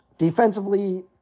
defensively